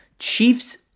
Chiefs